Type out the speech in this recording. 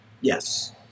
yes